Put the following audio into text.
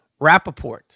Rappaport